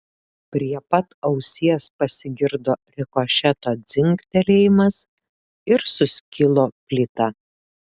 prie pat ausies pasigirdo rikošeto dzingtelėjimas ir suskilo plyta